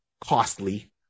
costly